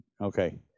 Okay